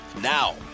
now